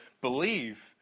believe